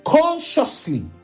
consciously